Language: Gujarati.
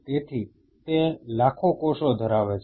તેથી તે લાખો કોષો ધરાવે છે